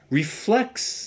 reflects